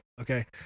okay